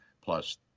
plus